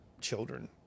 children